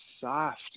soft